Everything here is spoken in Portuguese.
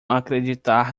acreditar